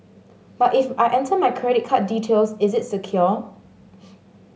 but if I enter my credit card details is it secure